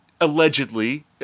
allegedly